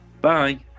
Bye